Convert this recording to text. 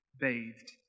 bathed